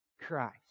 Christ